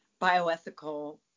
bioethical